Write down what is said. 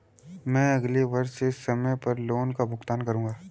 मैं अगले वर्ष से समय पर लोन का भुगतान करूंगा